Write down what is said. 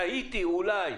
תהיתי אולי,